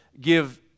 give